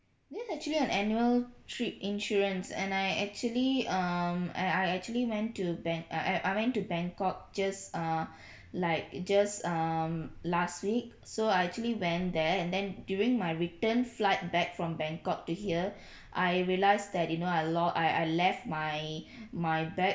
this actually an annual trip insurance and I actually um and I I actually went to bang~ I I I went to bangkok just uh like just um last week so I actually went there and then during my return flight back from bangkok to here I realised that you know a lost I I left my my bag